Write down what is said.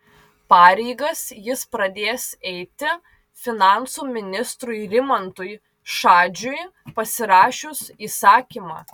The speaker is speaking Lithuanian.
pareigas jis pradės eiti finansų ministrui rimantui šadžiui pasirašius įsakymą